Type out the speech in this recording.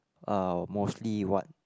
uh mostly what